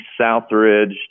Southridge